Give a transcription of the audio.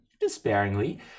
despairingly